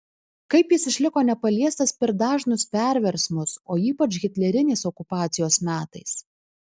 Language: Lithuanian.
kaip jis išliko nepaliestas per dažnus perversmus o ypač hitlerinės okupacijos metais